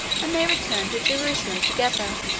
and they returned to jerusalem together.